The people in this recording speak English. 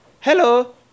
Hello